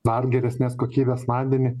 dar geresnės kokybės vandenį